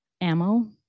ammo